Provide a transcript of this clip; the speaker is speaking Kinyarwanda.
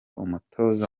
umutoza